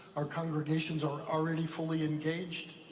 our congregations are already fully engaged.